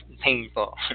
painful